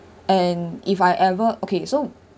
and if I ever okay so